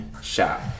Shop